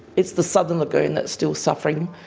it's the southern lagoon that's still suffering,